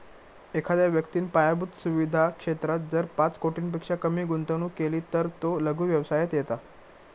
एखाद्या व्यक्तिन पायाभुत सुवीधा क्षेत्रात जर पाच कोटींपेक्षा कमी गुंतवणूक केली तर तो लघु व्यवसायात येता